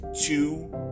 two